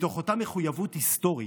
מתוך אותה מחויבות היסטורית,